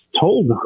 told